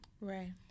Right